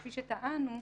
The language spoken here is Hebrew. כפי שטענו,